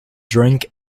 drink